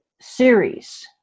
series